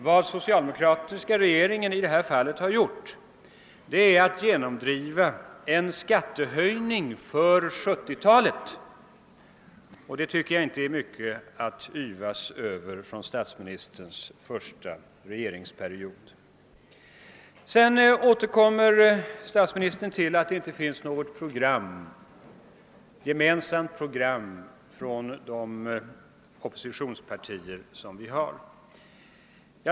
Vad socialdemokraterna i det fallet har gjort är att genomdriva en skattehöjning för 1970-talet, och det tycker jag inte är mycket att yvas över från statsministerns första regeringsperiod. Statsministern återkom till talet om att det inte finns något gemensamt program för oppositionspartierna.